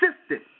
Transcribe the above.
assistant